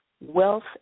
wealth